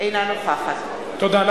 אינה נוכחת תודה.